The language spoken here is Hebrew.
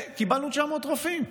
קיבלנו 900 רופאים.